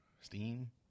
Steam